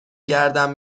گردم